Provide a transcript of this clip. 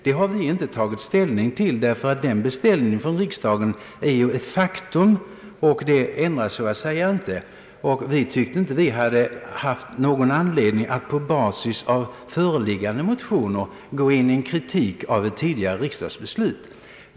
Denna beställning är ju ett faktum, och vi ansåg oss inte ha anledning att på basis av föreliggande motioner kritisera tidigare riksdagsbeslut.